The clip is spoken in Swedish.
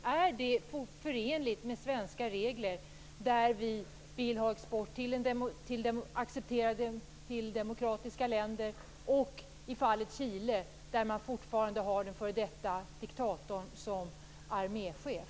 Är det förenligt med svenska regler som säger att vi vill ha export till accepterade demokratiska länder att exportera till Chile där man har den förre diktatorn som arméchef?